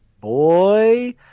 boy